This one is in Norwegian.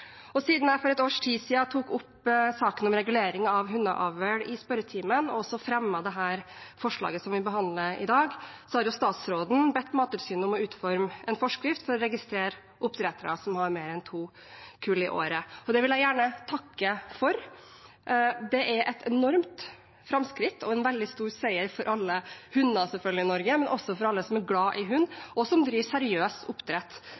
Og siden jeg for ett års tid siden tok opp saken om regulering av hundeavl i spørretimen, og også fremmet dette forslaget som vi behandler i dag, har statsråden bedt Mattilsynet om å utforme en forskrift for å registrere oppdrettere som har mer enn to kull i året. Det vil jeg gjerne takke for. Det er et enormt framskritt og en veldig stor seier for alle hunder – selvfølgelig – i Norge, men også for alle som er glad i hund, og som driver seriøs oppdrett